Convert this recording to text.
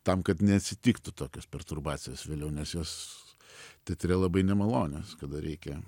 tam kad neatsitiktų tokios perturbacijos vėliau nes jos teatre labai nemalonios kada reikia